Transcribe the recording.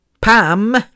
Pam